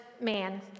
Man